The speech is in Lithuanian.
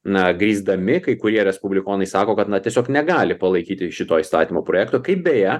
na grįsdami kai kurie respublikonai sako kad na tiesiog negali palaikyti šito įstatymo projekto kaip beje